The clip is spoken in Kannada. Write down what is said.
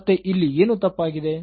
ಮತ್ತೆ ಇಲ್ಲಿ ಏನು ತಪ್ಪಾಗಿದೆ